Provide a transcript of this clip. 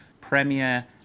premier